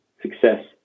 success